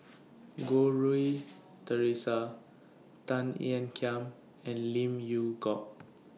Goh Rui Theresa Tan Ean Kiam and Lim Yew Hock